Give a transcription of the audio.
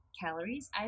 calories